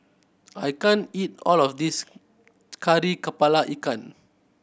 I can't eat all of this Kari Kepala Ikan